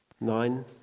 Nine